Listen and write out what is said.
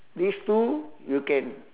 these two you can